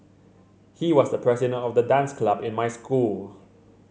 he was the president of the dance club in my school